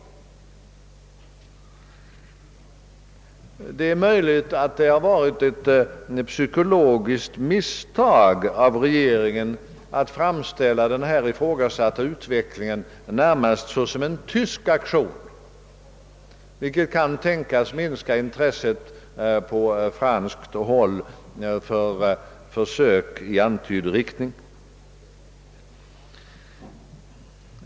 Det är möjligt att det har varit ett psykologiskt misstag av regeringen att framställa den här ifrågasatta utvecklingen närmast såsom en tysk aktion. Det kan tänkas minska intresset på franskt håll för åtgärder i antydd riktning.